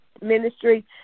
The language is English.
Ministry